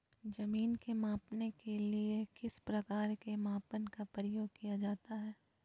जमीन के मापने के लिए किस प्रकार के मापन का प्रयोग किया जाता है?